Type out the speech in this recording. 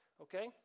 okay